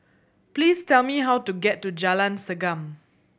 please tell me how to get to Jalan Segam